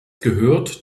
gehört